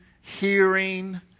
hearing